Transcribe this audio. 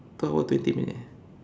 two hour twenty minutes